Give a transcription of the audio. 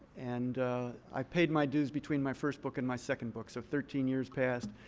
and i paid my dues between my first book and my second book. so thirteen years passed.